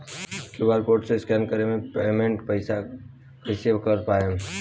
QR code से scan कर के पेमेंट कइसे कर पाएम?